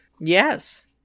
Yes